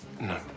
No